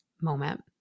moment